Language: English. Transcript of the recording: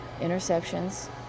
Interceptions